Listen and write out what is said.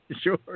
Sure